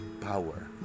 power